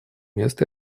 мест